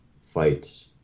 fight